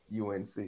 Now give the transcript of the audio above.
UNC